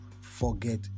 forget